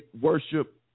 worship